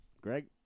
Greg